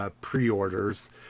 pre-orders